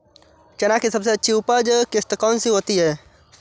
चना की सबसे अच्छी उपज किश्त कौन सी होती है?